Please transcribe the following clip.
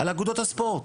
על אגודות הספורט.